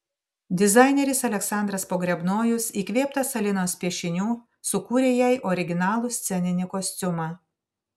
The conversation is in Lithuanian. dizaineris aleksandras pogrebnojus įkvėptas alinos piešinių sukūrė jai originalų sceninį kostiumą